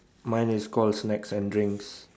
mine is called snacks and drinks